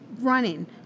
running